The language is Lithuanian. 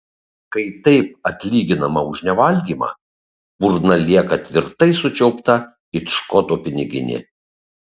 kai taip atlyginama už nevalgymą burna lieka tvirtai sučiaupta it škoto piniginė